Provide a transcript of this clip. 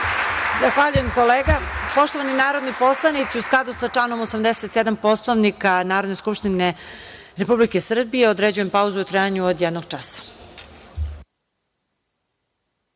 Zahvaljujem, kolega. Poštovani narodni poslanici, u skladu sa članom 87. Poslovnika Narodne skupštine Republike Srbije, određujem pauzu u trajanju od jednog